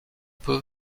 peu